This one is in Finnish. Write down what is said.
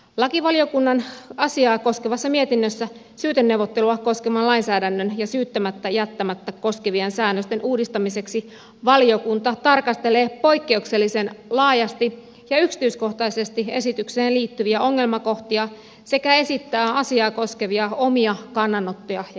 lakivaliokunnan asiaa koskevassa mietinnössä syyteneuvottelua koskevan lainsäädännön ja syyttämättä jättämistä koskevien säännösten uudistamiseksi valiokunta tarkastelee poikkeuksellisen laajasti ja yksityiskohtaisesti esitykseen liittyviä ongelmakohtia sekä esittää asiaa koskevia omia kannanottoja ja käsityksiä